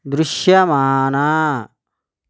దృశ్యమాన